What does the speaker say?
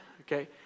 Okay